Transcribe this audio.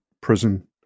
prison